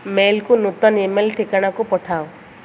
ମେଲ୍କୁ ନୂତନ ଇମେଲ୍ ଠିକଣାକୁ ପଠାଅ